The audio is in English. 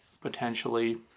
potentially